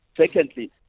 Secondly